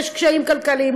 יש קשיים כלכליים,